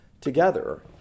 together